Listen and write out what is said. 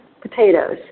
potatoes